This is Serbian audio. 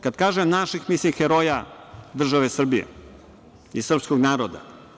Kad kažem naših, mislim heroja države Srbije i srpskog naroda.